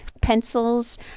pencils